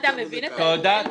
תודה.